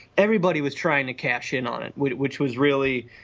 everybody was trying to cash in on it which which was really,